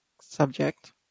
subject